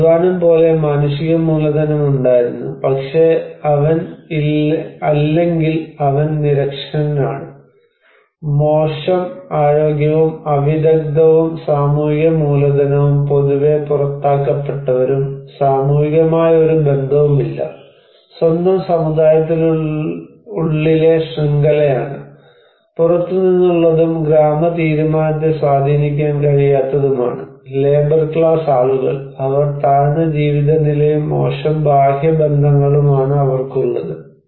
അയാൾക്ക് അധ്വാനം പോലെ മാനുഷിക മൂലധനമുണ്ടായിരുന്നു പക്ഷേ അവൻ അല്ലെങ്കിൽ അവൾ നിരക്ഷരനാണ് മോശം ആരോഗ്യവും അവിദഗ്ദ്ധവും സാമൂഹിക മൂലധനവും പൊതുവെ പുറത്താക്കപ്പെട്ടവരും സാമൂഹികമായിഒരു ബന്ധവുമില്ല സ്വന്തം സമുദായത്തിനുള്ളിലെ ശൃംഖലയാണ് പുറത്തുനിന്നുള്ളതും ഗ്രാമ തീരുമാനത്തെ സ്വാധീനിക്കാൻ കഴിയാത്തതുമാണ് ലേബർ ക്ലാസ് ആളുകൾ അവൾ താഴ്ന്ന ജീവിത നിലയും മോശം ബാഹ്യ ബന്ധങ്ങളും ആണ് അവർക്കുള്ളത്